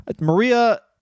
Maria